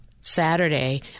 Saturday